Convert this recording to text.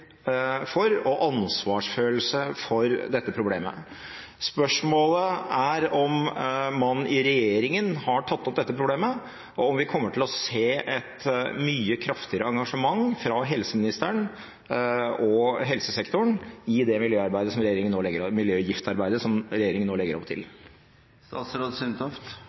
interesse og ansvarsfølelse for dette problemet. Spørsmålet er om man i regjeringen har tatt opp dette problemet, og om vi kommer til å se et mye kraftigere engasjement fra helseministeren og helsesektoren i det miljøgiftarbeidet som regjeringen nå legger opp